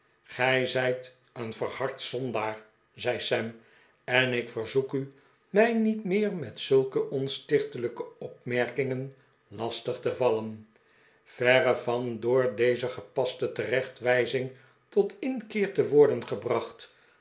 gij zijt een verhard zondaar zei sam en ik verzoek u mij niet meer met zulke onstichtelijke opmerkingen lastig te vallen verre van door deze gepaste terechtwijzing tot inkeer te worden gebracht